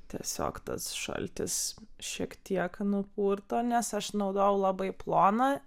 tiesiog tas šaltis šiek tiek nupurto nes aš naudojau labai ploną